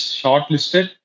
shortlisted